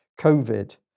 covid